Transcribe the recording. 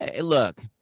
look